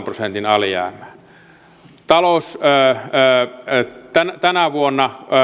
prosentin alijäämään tänä vuonna